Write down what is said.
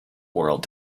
world